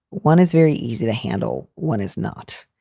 one is very easy to handle. one is not.